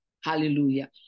Hallelujah